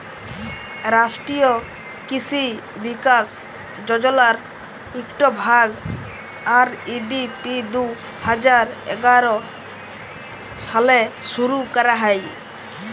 রাষ্ট্রীয় কিসি বিকাশ যজলার ইকট ভাগ, আর.এ.ডি.পি দু হাজার এগার সালে শুরু ক্যরা হ্যয়